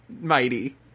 mighty